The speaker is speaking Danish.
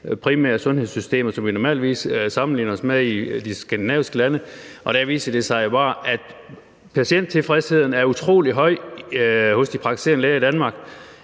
i de skandinaviske lande, som vi normalt sammenligner os med. Og der viste det sig jo bare, at patienttilfredsheden er utrolig høj hos de praktiserende læger i Danmark.